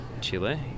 Chile